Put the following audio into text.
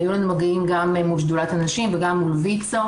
היו לנו מגעים גם מול שדולת הנשים וגם מול ויצו.